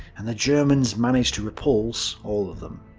and the germans managed to repulse all of them.